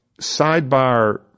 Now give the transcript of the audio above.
sidebar